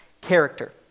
character